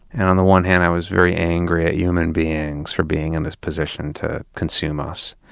and on the one hand, i was very angry at human beings for being in this position to consume us.